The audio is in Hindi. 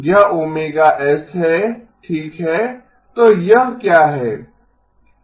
यह ओमेगा एस है ठीक है तो यह क्या है